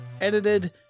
edited